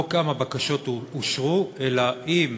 לא כמה בקשות אושרו אלא אם,